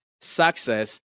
Success